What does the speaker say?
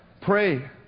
Pray